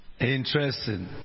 Interesting